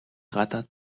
гадаад